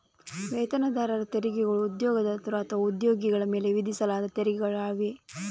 ವೇತನದಾರರ ತೆರಿಗೆಗಳು ಉದ್ಯೋಗದಾತರು ಅಥವಾ ಉದ್ಯೋಗಿಗಳ ಮೇಲೆ ವಿಧಿಸಲಾದ ತೆರಿಗೆಗಳಾಗಿವೆ